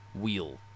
...wheel